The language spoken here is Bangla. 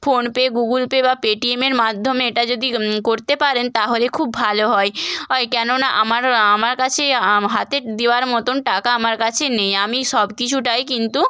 ফোনপে গুগল পে বা পেটিএমের মাধ্যমে এটা যদি করতে পারেন তাহলে খুব ভালো হয় অয় কেননা আমার আমার কাছে আম হাতে দেওয়ার মতন টাকা আমার কাছে নেই আমি সব কিছুটাই কিন্তু